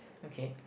okay